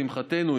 לשמחתנו,